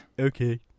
Okay